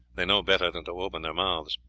they know better than to open their mouths.